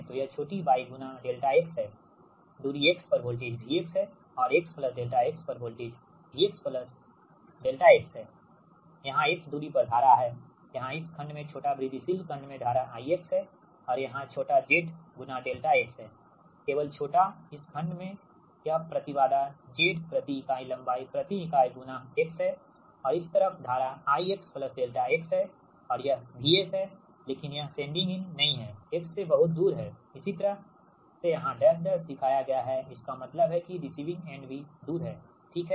तो यह छोटी y गुना ∆x है दूरी x पर वोल्टेज V है और x ∆x पर वोल्टेज V x है यहाँ x दूरी पर धारा है यहाँ इस खंड में छोटा वृद्धिशील खंड में धारा I हैऔर यह छोटा z ∆x है केवल छोटा इस खंड मैं यह प्रति बाधा z प्रति इकाई लंबाई प्रति इकाई गुणा x है और इस तरफ धारा Ix ∆x हैऔर यह VS है लेकिन यह सेंडिंग एंड नहीं है x से बहुत दूर हैइसी तरह से यहां डैश डैश दिखाया गया है इसका मतलब है कि रिसिविंग एंड भी दूर है ठीक है